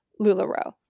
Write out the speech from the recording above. LuLaRoe